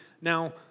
now